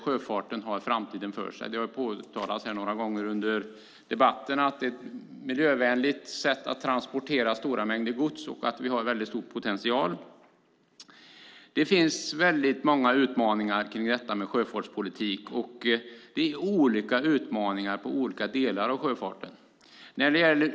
Sjöfarten har framtiden för sig. Det har påtalats några gånger under debatten att det är ett miljövänligt sätt att transportera stora mängder gods och att den har stor potential. Det finns många utmaningar när det gäller sjöfartspolitik. Det är olika utmaningar för olika delar av sjöfarten.